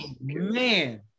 man